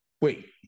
Wait